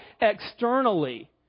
externally